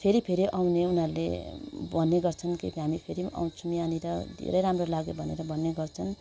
फेरि फेरि आउने उनीहरूले भन्ने गर्छन् कि हामी फेरि पनि आउँछौँ यहाँनिर धेरै राम्रो लाग्यो भनेर भन्ने गर्छन्